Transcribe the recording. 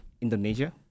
Indonesia